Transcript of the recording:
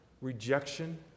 rejection